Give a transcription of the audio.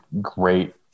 great